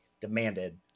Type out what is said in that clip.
demanded